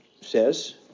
says